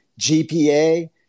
GPA